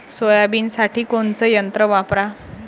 सोयाबीनसाठी कोनचं यंत्र वापरा?